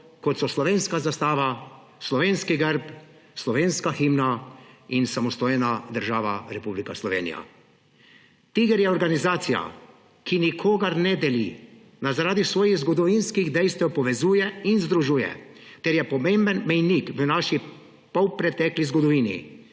kot so slovenska zastava, slovenski grb, slovenska himna in samostojna država Republika Slovenija. TIGR je organizacija, ki nikogar ne deli, nas zaradi svojih zgodovinskih dejstev povezuje in združuje ter je pomemben mejnik v naši polpretekli zgodovini.